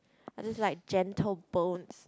i just like gentle bones